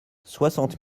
soixante